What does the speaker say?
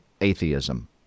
atheism